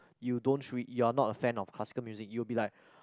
you don't tr~ you're not a fan of classical music you'll be like